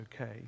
okay